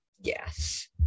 Yes